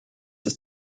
ist